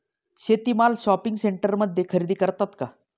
शेती माल शॉपिंग सेंटरमध्ये खरेदी करतात का?